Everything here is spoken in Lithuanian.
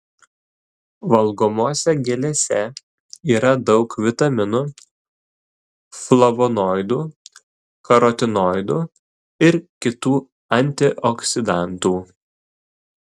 valgomose gėlėse yra daug vitaminų flavonoidų karotinoidų ir kitų antioksidantų